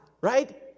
Right